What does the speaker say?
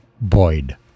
Boyd